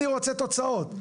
אני רוצה תוצאות,